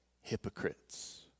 hypocrites